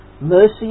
mercy